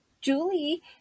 Julie